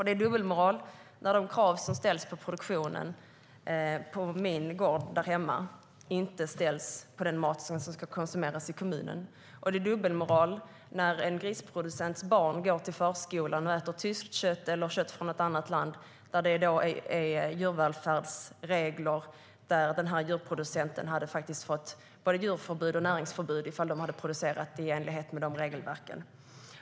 Det är dubbelmoral när de krav som ställs på produktionen på min gård inte ställs på den mat som sedan ska konsumeras i kommunen. Det är dubbelmoral när en grisproducents barn går till förskolan och äter tyskt kött eller kött från något annat land med sådana djurvälfärdsregler att den här djurproducenten hade fått både djurförbud och näringsförbud ifall han i Sverige hade producerat i enlighet med de regelverken.